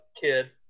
kid